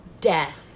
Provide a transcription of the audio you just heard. death